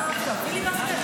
מה עכשיו, פיליבסטר?